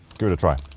give it a try